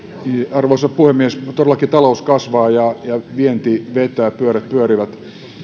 arvoisa puhemies todellakin talous kasvaa ja vienti vetää pyörät pyörivät